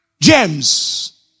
james